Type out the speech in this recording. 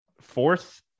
fourth